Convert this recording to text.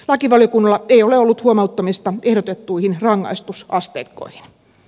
lakivaliokunnalla ei ole ollut huomauttamista ehdotettuihin rangaistusasteikkoihin